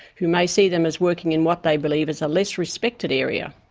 who may see them as working in what they believe is a less respected area.